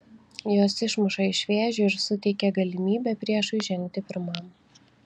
jos išmuša iš vėžių ir suteikia galimybę priešui žengti pirmam